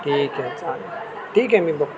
ठीक आहे चालेल ठीक आहे मी बघतो